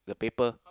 the paper